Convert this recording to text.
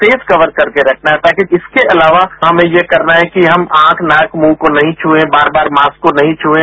face cover करके रखना है ताकि इसके अलावा हमें यह करना है कि हम आंख नाक और मुंह को नहीं छुएं बार बार मास्क को बार बार नहीं छुएं